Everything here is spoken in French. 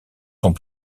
sont